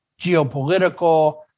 geopolitical